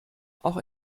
auch